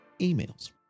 emails